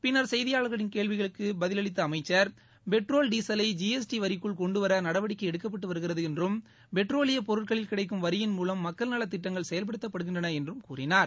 பின்னர் செய்தியாளர்களின் கேள்விகளுக்கு பதிலளித்த அமைச்சர் பெட்ரோல் டீசலை ஜி எஸ் டீ வரிக்குள் கொண்டுவர நடவடிக்கை எடுக்கப்பட்டு வருகிறது என்றும் பெட்ரோலியப் பொருட்களில் கிடைக்கும் வரியின் மூலம் மக்கள் நலத்திட்டங்கள் செயல்படுத்தப்படுகின்றன என்றும் கூறினார்